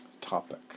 topic